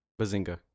Bazinga